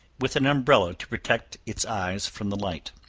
with an umbrella to protect its eyes from the light.